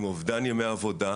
עם אובדן ימי עבודה,